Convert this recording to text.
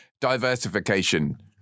diversification